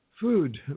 Food